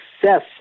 success